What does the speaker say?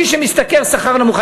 מי שמשתכר שכר נמוך,